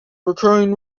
recurring